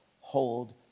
hold